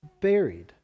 buried